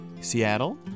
Seattle